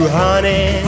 honey